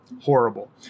horrible